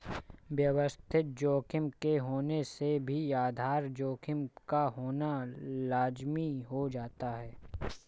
व्यवस्थित जोखिम के होने से भी आधार जोखिम का होना लाज़मी हो जाता है